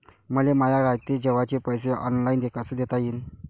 मले माया रातचे जेवाचे पैसे ऑनलाईन कसे देता येईन?